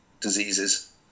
diseases